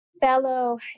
fellow